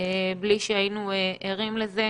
בלי שהיינו ערים לזה,